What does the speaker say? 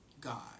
God